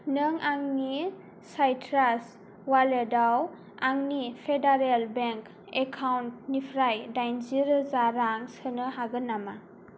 नों आंनि साइट्रास वालेटाव आंनि फेडारेल बेंक एकाउन्टनिफ्राय दाइनजि रोजा रां सोनो हागोन नामा